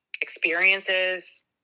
experiences